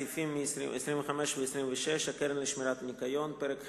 סעיפים 25 26 (הקרן לשמירת הניקיון); פרק ח',